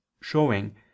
showing